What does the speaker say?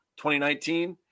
2019